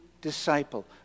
disciple